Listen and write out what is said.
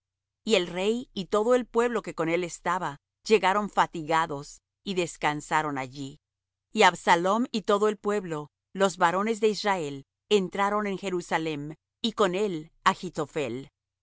y el rey y todo el pueblo que con él estaba llegaron fatigados y descansaron allí y absalom y todo el pueblo los varones de israel entraron en jerusalem y con él achitophel y